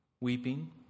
weeping